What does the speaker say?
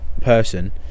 person